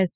S